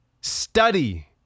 Study